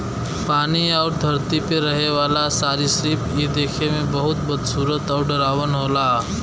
पानी आउर धरती पे रहे वाला सरीसृप इ देखे में बहुते बदसूरत आउर डरावना होला